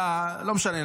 לא משנה,